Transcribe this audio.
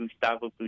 Gustavo